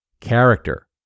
Character